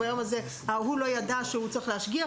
ביום הזה ההוא לא ידע שהוא צריך להשגיח